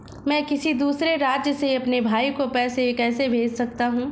मैं किसी दूसरे राज्य से अपने भाई को पैसे कैसे भेज सकता हूं?